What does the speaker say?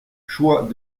choix